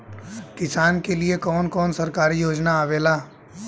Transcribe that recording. किसान के लिए कवन कवन सरकारी योजना आवेला?